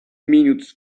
minutes